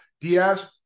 Diaz